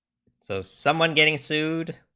so someone getting sued